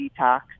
detox